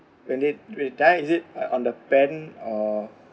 when they they die is it on on the bend or